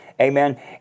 Amen